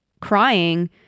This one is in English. crying